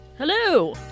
Hello